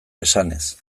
esanez